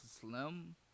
slim